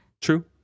True